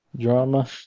drama